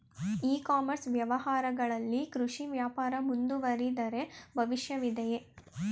E commerce ವ್ಯವಹಾರಗಳಲ್ಲಿ ಕೃಷಿ ವ್ಯಾಪಾರ ಮುಂದುವರಿದರೆ ಭವಿಷ್ಯವಿದೆಯೇ?